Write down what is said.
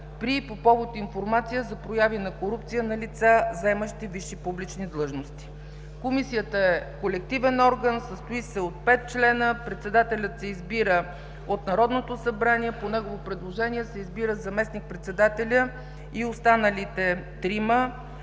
при и по повод информация за прояви на корупция на лица, заемащи висши публични длъжности. Комисията е колективен орган, състои се от петима членове. Председателят се избира от Народното събрание, по негово предложение се избира заместник-председателят и останалите трима